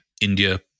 India